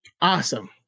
Awesome